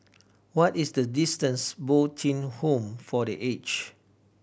what is the distance Bo Tien Home for The Aged